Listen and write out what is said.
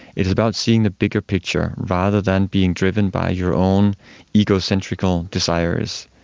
it is about seeing the bigger picture rather than being driven by your own egocentric um desires.